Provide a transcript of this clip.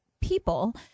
people